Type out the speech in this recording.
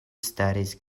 staris